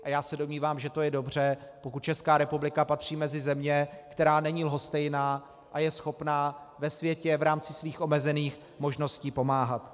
A já se domnívám, že je dobře, pokud Česká republika patří mezi země, která není lhostejná a je schopná ve světě v rámci svých omezených možností pomáhat.